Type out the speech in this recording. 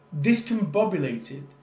discombobulated